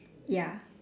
ya